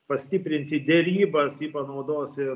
pastiprinti derybas ji panaudos ir